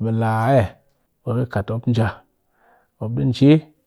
mɨ laa ayaa kat nja mop nji.